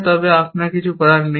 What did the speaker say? তবে আপনার কিছু করার নেই